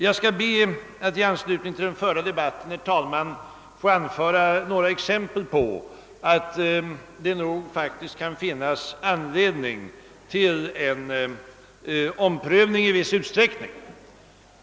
Jag skall be att i anslutning till den förda debatten, herr talman, få anföra några exempel på att det faktiskt finns anledning till en omprövning i viss utsträckning.